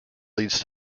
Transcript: leads